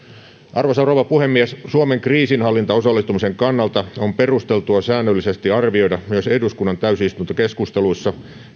arvoisa rouva puhemies suomen kriisinhallintaosallistumisen kannalta on perusteltua säännöllisesti arvioida myös eduskunnan täysistuntokeskusteluissa